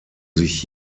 sich